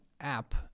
app